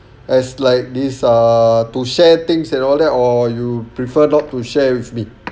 as like this ah to share things and all that or you prefer not to share with me